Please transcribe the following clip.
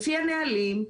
לפי הנהלים,